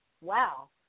Wow